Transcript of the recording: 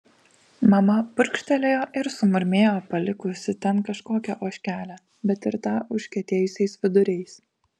mama purkštelėjo ir sumurmėjo palikusi ten kažkokią ožkelę bet ir tą užkietėjusiais viduriais